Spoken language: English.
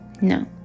no